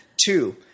Two